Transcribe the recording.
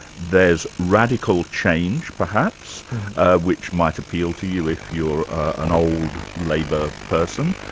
there's radical change perhaps which might appeal to you if you're an old labor person,